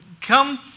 come